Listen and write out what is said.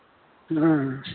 हँ